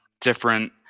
different